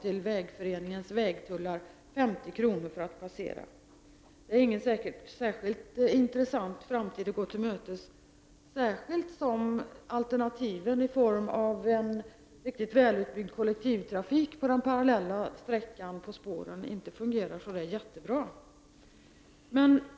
till Vägföreningens vägtullar för att passera. Det är inte särskilt intressant att gå en sådan framtid till mötes, i synnerhet som alternativet i form av en väl utbyggd kollektivtrafik på det parallella järnvägsspåret inte fungerar särskilt bra.